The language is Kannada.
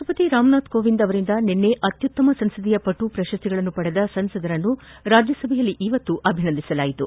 ರಾಷ್ಟ್ರಪತಿ ರಾಮನಾಥ್ ಕೋವಿಂದ್ ಅವರಿಂದ ನಿನ್ನೆ ಅತ್ಯುತ್ತಮ ಸಂಸದೀಯ ಪಟು ಪ್ರಶಸ್ತಿಗಳನ್ನು ಪಡೆದ ಸಂಸದರನ್ನು ರಾಜ್ಯಸಭೆಯಲ್ಲಿಂದು ಅಭಿನಂದಿಸಲಾಯಿತು